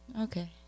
Okay